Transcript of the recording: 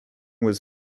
was